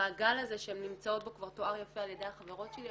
המעגל הזה שהן נמצאות בו כבר תואר יפה על ידי החברות שלי,